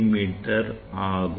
me ஆகும்